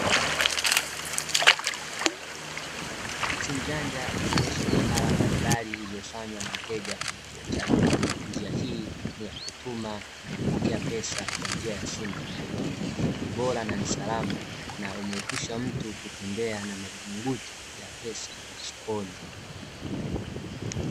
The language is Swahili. Simu janja ikionesha miamala mbalimbali iliyofanywa na mteja kwenye kioo chake. Njia hii ni ya kutuma na kupokea pesa kwa njia ya simu za mkononi. Ni bora na ni salama na humuepusha mtu kutembea na maburungutu ya pesa mfukoni.